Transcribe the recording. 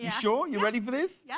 you so you ready for this? yeah